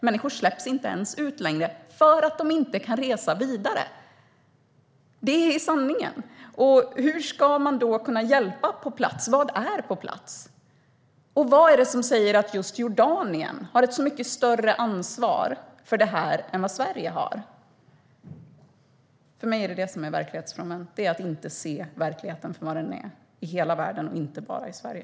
Människor släpps inte ens ut längre därför att de inte kan resa vidare. Det är sanningen. Hur ska man då kunna hjälpa på plats? Vad är på plats? Och vad är det som säger att just Jordanien har ett mycket större ansvar för detta än Sverige? För mig är det detta som är verklighetsfrånvänt - att inte se verkligheten för vad den är i hela världen, inte bara i Sverige.